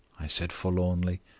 i said forlornly.